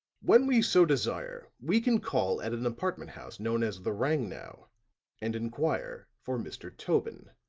when we so desire, we can call at an apartment house known as the rangnow and inquire for mr. tobin.